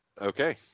Okay